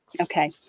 Okay